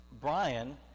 Brian